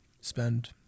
spend